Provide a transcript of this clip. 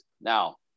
Now